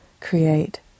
create